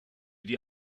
die